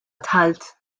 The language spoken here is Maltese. dħalt